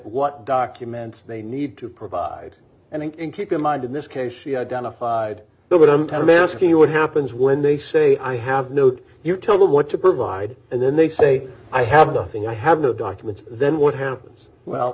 what documents they need to provide and in keep in mind in this case she identified but i'm time asking you what happens when they say i have no you tell them what to provide and then they say i have nothing i have no documents then what happens